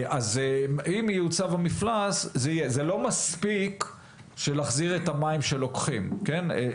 אז אם ייוצב המפלס זה לא מספיק בשביל להחזיר את המים שלוקחים כן,